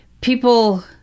People